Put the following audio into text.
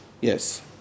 Yes